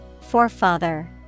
Forefather